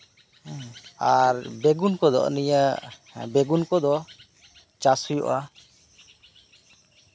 ᱟᱨ ᱵᱮᱜᱩᱱ ᱠᱚᱫᱚ ᱱᱤᱭᱟᱹ ᱪᱟᱥ ᱦᱩᱭᱩᱜᱼᱟ